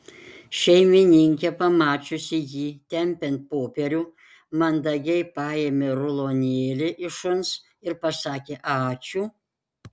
šeimininkė pamačiusi jį tempiant popierių mandagiai paėmė rulonėlį iš šuns ir pasakė ačiū